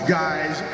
guys